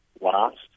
last